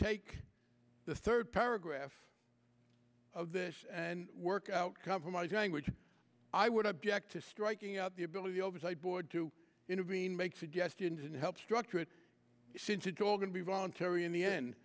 take the third paragraph of this and work out compromise language i would object to striking up the ability oversight board to intervene make suggestions and help structure it since it's all going to be voluntary in the end